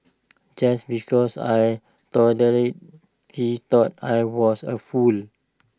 just because I tolerated he thought I was A fool